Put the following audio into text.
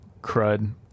CRUD